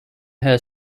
her